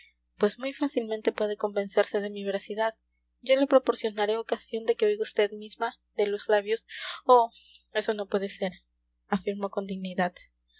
pues muy fácilmente puede convencerse de mi veracidad yo le proporcionaré ocasión de que oiga vd misma de los labios oh eso no puede ser afirmó con dignidad